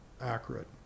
accurate